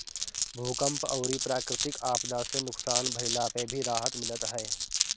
भूकंप अउरी प्राकृति आपदा से नुकसान भइला पे भी राहत मिलत हअ